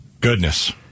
goodness